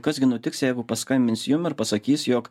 kas gi nutiks jeigu paskambins jum ir pasakys jog